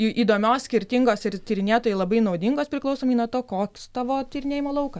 įdomios skirtingos ir tyrinėtojui labai naudingos priklausomai nuo to koks tavo tyrinėjimo laukas